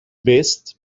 west